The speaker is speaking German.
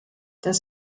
dass